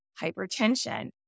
hypertension